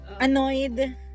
annoyed